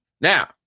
Now